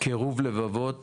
קירוב לבבות